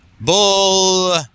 Bull